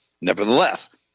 Nevertheless